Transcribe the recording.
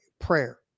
prayer